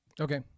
okay